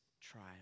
trial